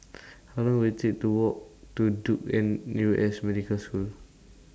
How Long Will IT Take to Walk to Duke N U S Medical School